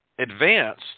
advanced